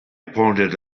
pointed